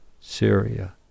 Syria